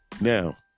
now